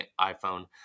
iPhone